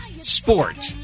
Sport